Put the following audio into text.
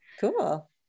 Cool